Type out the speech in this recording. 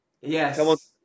Yes